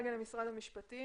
כרגע למשרד המשפטים,